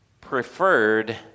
preferred